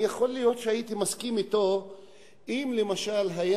יכול להיות שהייתי מסכים אתו אם למשל היה